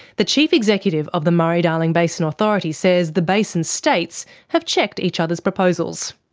the chief executive of the murray-darling basin authority says the basin states have checked each other's proposals.